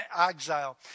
exile